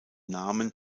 namen